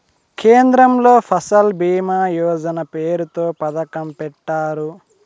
కేంద్రంలో ఫసల్ భీమా యోజన పేరుతో పథకం పెట్టారు